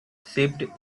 sipped